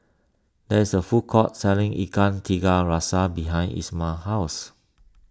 there is a food court selling Ikan Tiga Rasa behind Ismael's house